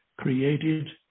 created